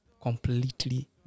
completely